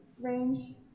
range